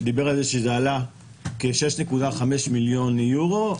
שדיבר על העלות של 6.5 מיליון יורו,